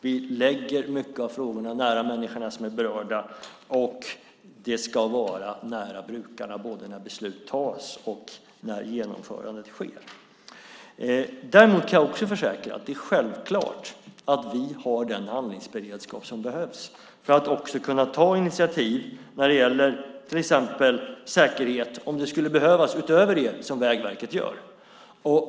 Vi lägger frågorna nära de människor som är berörda. De ska vara nära brukarna både när beslut fattas och när genomförandet sker. Jag kan också försäkra att det är självklart att vi har den handlingsberedskap som behövs för att kunna ta initiativ när det gäller till exempel säkerhet om det skulle behövas utöver det som Vägverket gör.